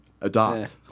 Adopt